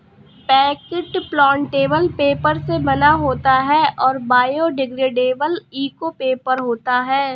packet plantable paper से बना होता है और बायोडिग्रेडेबल इको पेपर होता है